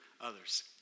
others